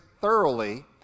thoroughly